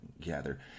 gather